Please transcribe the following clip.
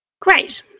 Great